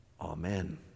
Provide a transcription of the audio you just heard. Amen